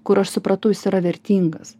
kur aš supratau jis yra vertingas